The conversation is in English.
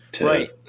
Right